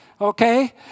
Okay